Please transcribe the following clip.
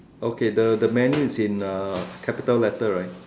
okay the manual is in capital letter right